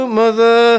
mother